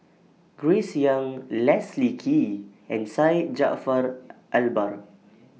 Grace Young Leslie Kee and Syed Jaafar Albar